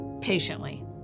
patiently